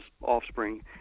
offspring